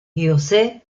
josé